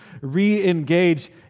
re-engage